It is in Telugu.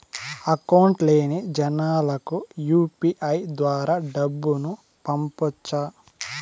అకౌంట్ లేని జనాలకు యు.పి.ఐ ద్వారా డబ్బును పంపొచ్చా?